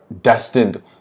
destined